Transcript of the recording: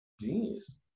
genius